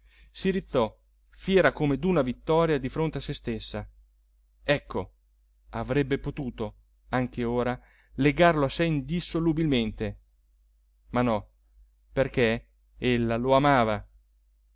si rizzò fiera come d'una vittoria di fronte a sé stessa ecco avrebbe potuto anche ora legarlo a sé indissolubilmente ma no perché ella lo amava